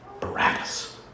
Barabbas